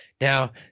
Now